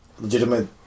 legitimate